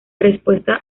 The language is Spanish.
respuesta